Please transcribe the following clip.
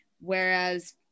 whereas